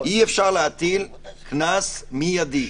אי-אפשר להטיל קנס מיידי.